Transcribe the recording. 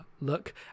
look